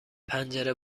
پنجره